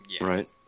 right